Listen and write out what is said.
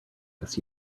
this